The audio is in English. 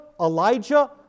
Elijah